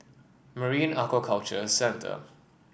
Marine Aquaculture Centre